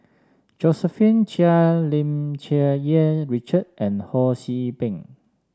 Josephine Chia Lim Cherng Yih Richard and Ho See Beng